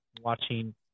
watching